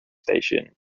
station